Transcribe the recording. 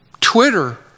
Twitter